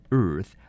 earth